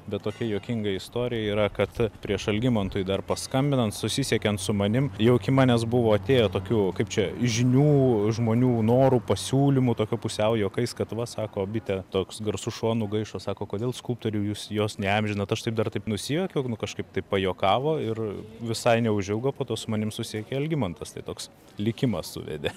bet tokia juokinga istorija yra kad prieš algimantui dar paskambinant susisiekėn su manim jau iki manęs buvo atėję tokių kaip čia žinių žmonių norų pasiūlymų tokio pusiau juokais kad va sako bitė toks garsus šuo nugaišo sako kodėl skulptoriau jūs jos neįamžinat aš taip dar taip nusijuokiau kažkaip tai pajuokavo ir visai neužilgo po to su manim susiekė algimantas tai toks likimas suvedė